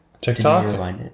TikTok